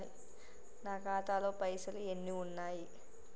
నా ఖాతాలో పైసలు ఎన్ని ఉన్నాయి?